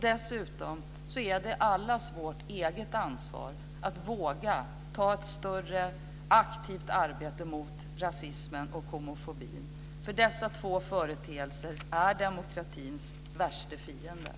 Dessutom är det allas vårt eget ansvar att våga utföra ett större aktivt arbete mot rasismen och homofobin, för dessa två företeelser är demokratins värsta fiender.